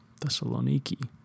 Thessaloniki